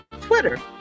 Twitter